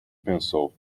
pensou